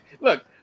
Look